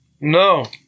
no